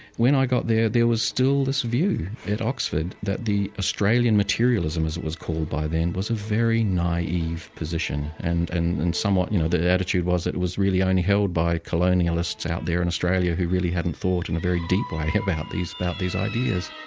when i got there, there was still this view at oxford that the australian materialism, as it was called by then, was a very naive position and and and you know the attitude was that it was really only held by colonialists out there in australia, who really hadn't thought in a very deep way about these about these ideas.